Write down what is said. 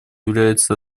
является